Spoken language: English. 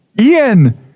Ian